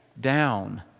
down